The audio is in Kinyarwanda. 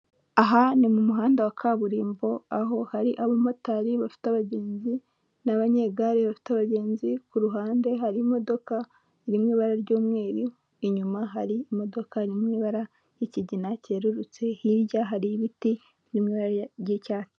Aha ni mu muhanda wa kaburimbo, aho hari abamotari bafite abagenzi n'abanyegare bafite abagenzi, ku ruhande hari imodoka ziri mu ibara ry'umweru, inyuma hari imodoka iri mu ibara ry'ikigina cyerurutse, hirya hari ibiti n' ry'icyatsi.